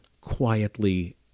quietly